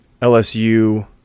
LSU